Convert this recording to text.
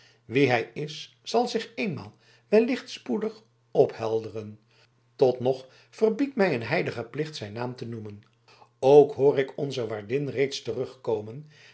wie hij is zal zich eenmaal wellicht spoedig ophelderen tot nog verbiedt mij een heilige plicht zijn naam te noemen ook hoor ik onze waardin reeds terugkomen